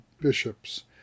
bishops